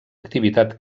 activitat